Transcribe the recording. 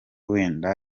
wenda